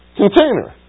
container